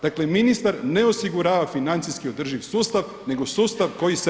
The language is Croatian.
Dakle ministar ne osigurava financijski održiv sustav nego sustav koji se raspada.